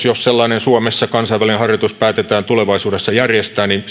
jos sellainen kansainvälinen harjoitus suomessa päätetään tulevaisuudessa järjestää